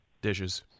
Dishes